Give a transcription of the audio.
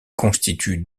constituent